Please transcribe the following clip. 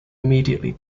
immediately